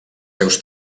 seus